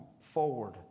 forward